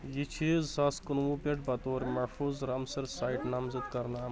یہِ چھِ زٕ ساس کُنوُہ پیٚٹھ بطور محفوٗظ رامسَر سایٹ طسیتعظ نامزَد کرنہٕ آمٕژ